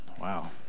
Wow